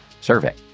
survey